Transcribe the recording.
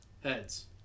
Heads